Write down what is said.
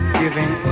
giving